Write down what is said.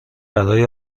برای